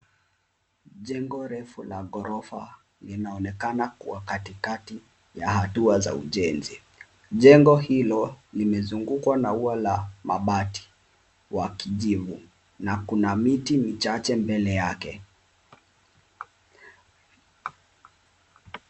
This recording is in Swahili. Jengo refu la ghorofa linaonekana kuwa katikati ya hatua za ujenzi. Jengo hilo limezungukwa na ua la mabati wa kijivu na kuna miti michache mbele yake.